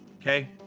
Okay